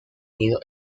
ido